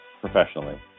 professionally